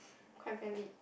quite valid